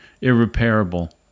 irreparable